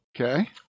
okay